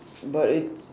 but it's